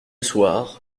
soir